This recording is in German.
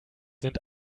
sind